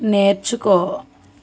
నేర్చుకో